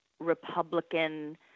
Republican